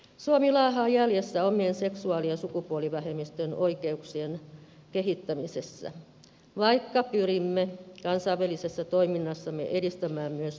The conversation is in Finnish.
suomi laahaa jäljessä omien seksuaali ja sukupuolivähemmistöjen oikeuksien kehittämisessä vaikka pyrimme kansainvälisessä toiminnassamme edistämään myös vähemmistöjen oikeuksia